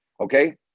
Okay